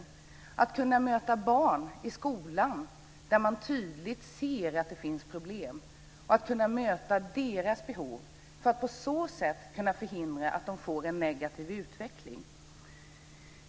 Det handlar om att kunna möta barn i skolan där man tydligt ser att det finns problem och att kunna möta deras behov för att på så sätt kunna förhindra att de får en negativ utveckling.